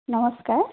নমস্কাৰ